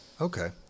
Okay